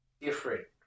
different